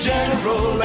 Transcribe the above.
General